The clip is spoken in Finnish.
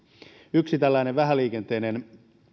yksi tällainen vähäliikenteinen